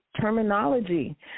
terminology